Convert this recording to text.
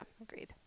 Agreed